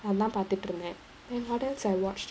அதான் பாத்துட்டிருந்த:athaan paathuttiruntha then others I watch